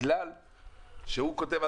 בגלל שהוא כותב,